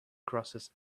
crosses